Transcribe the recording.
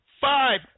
Five